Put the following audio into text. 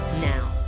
now